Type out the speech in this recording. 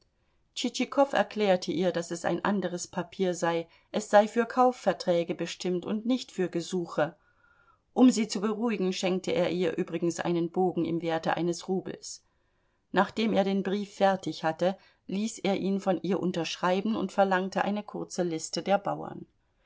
tschitschikow erklärte ihr daß es ein anderes papier sei es sei für kaufverträge bestimmt und nicht für gesuche um sie zu beruhigen schenkte er ihr übrigens einen bogen im werte eines rubels nachdem er den brief fertig hatte ließ er ihn von ihr unterschreiben und verlangte eine kurze liste der bauern